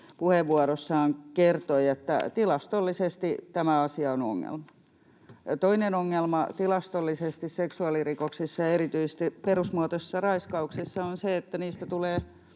puheenvuorossaan kertoi, että tilastollisesti tämä asia on ongelma. Ja toinen ongelma tilastollisesti seksuaalirikoksissa ja erityisesti perusmuotoisessa raiskauksessa on se, että niistä tulee